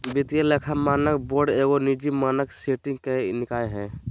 वित्तीय लेखा मानक बोर्ड एगो निजी मानक सेटिंग निकाय हइ